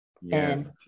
Yes